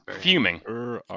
Fuming